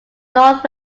north